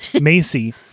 Macy